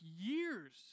years